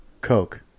Coke